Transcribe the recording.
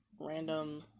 random